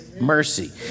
mercy